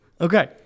Okay